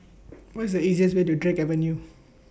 What IS The easiest Way to Drake Avenue